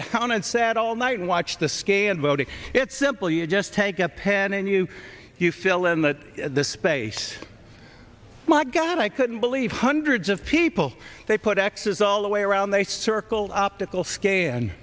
down and said all night and watch the scale and voted it's simple you just take a pen and you you fill in that space my god i couldn't believe hundreds of people they put x s all the way around they circle optical sca